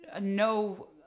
no